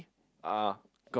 are god